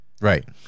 Right